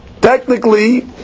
technically